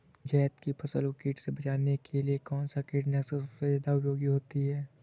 जायद की फसल को कीट से बचाने के लिए कौन से कीटनाशक सबसे ज्यादा उपयोगी होती है?